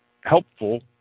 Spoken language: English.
helpful